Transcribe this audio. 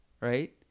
right